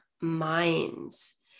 minds